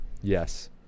Yes